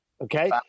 Okay